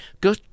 Go